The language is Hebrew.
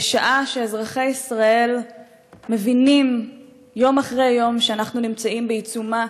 בשעה שאזרחי ישראל מבינים יום אחרי יום שאנחנו נמצאים בעיצומה